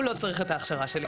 הוא לא צריך את ההכשרה הזו.